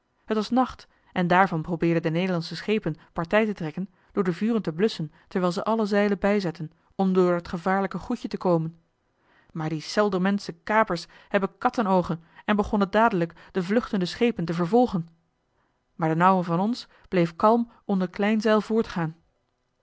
t was nacht en daarvan probeerden de nederlandsche schepen partij te trekken door de vuren te blusschen terwijl ze alle zeilen bijzetten om door dat gevaarlijke goedje te komen maar die seldrementsche kapers hebben kattenoogen en begonnen dadelijk de vluchtende schepen te vervolgen maar d'n ouwe van ons bleef kalm onder klein zeil voortgaan